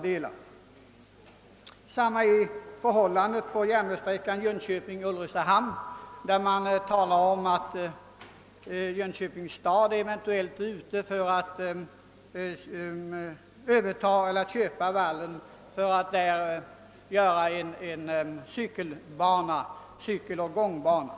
Detsamma är förhållandet på järnvägssträckan Jönköping-—Ulricehamn. Det talas om att Jönköpings stad eventuellt är ute efter att köpa vallen för att där anlägga en cykeloch gångbana.